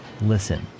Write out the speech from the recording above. listen